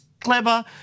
clever